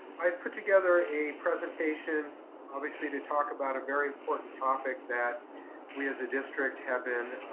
i've put together a presentation obviously to talk about a very important topic that we as a district have been